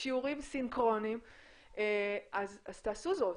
שיעורים סינכרוניים, אז תעשו זאת.